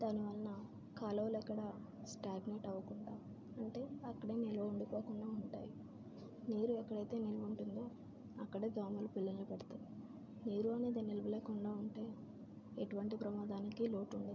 దాని వలన కాలువలు ఎక్కడ స్టాగ్నెట్ అవ్వకుండా అంటే అక్కడ నిల్వ ఉండిపోకుండా ఉంటాయి నీరు ఎక్కడ అయితే నిల్వ ఉంటుందో అక్కడ దోమలు పిల్లల్ని పెడతాయి నీరు అనేది నిల్వ లేకుండా ఉంటే ఎటువంటి ప్రమాదానికి లోటు ఉండదు